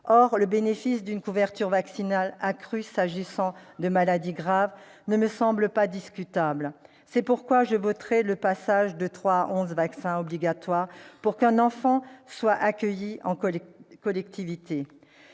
Or le bénéfice d'une couverture vaccinale accrue contre les maladies graves ne me semble pas discutable. C'est pourquoi je voterai le passage de trois à onze vaccins obligatoires pour qu'un enfant soit accueilli en collectivité.